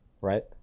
Right